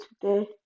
today